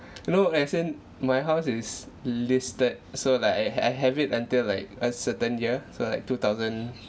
no as in my house is listed so like I I have it until like a certain year so like two thousand